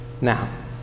Now